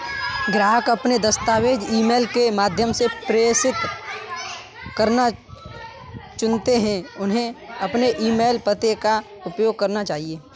ग्राहक अपने दस्तावेज़ ईमेल के माध्यम से प्रेषित करना चुनते है, उन्हें अपने ईमेल पते का उपयोग करना चाहिए